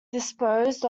disposed